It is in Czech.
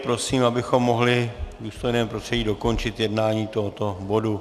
Prosím, abychom mohli v důstojném prostředí dokončit jednání tohoto bodu.